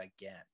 again